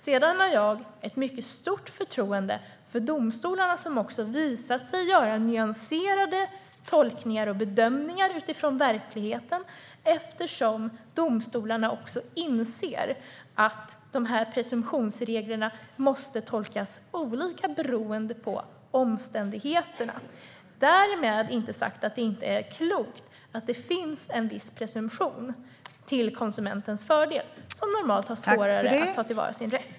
Sedan har jag ett mycket stort förtroende för domstolarna, som har visat sig göra nyanserade tolkningar och bedömningar utifrån verkligheten eftersom de också inser att dessa presumtionsregler måste tolkas olika beroende på omständigheterna. Därmed är inte sagt att det inte är klokt att det finns en viss presumtion till konsumentens fördel, eftersom konsumenten normalt har svårare att ta till vara sin rätt.